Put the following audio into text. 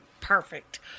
Perfect